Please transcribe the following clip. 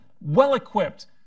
well-equipped